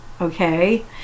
okay